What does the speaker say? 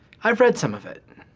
i've read some of it.